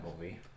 movie